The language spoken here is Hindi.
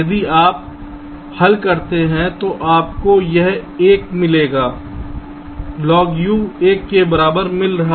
यदि आप हल करते हैं तो आपको यह 1 मिलेगा logU 1 के बराबर मिल रहा होगा